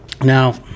Now